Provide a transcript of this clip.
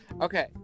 Okay